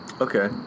Okay